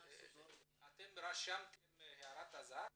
אתם רשמתם הערת אזהרה?